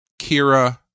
Kira